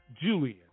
Julian